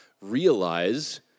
realize